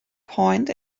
point